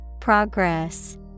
Progress